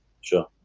Sure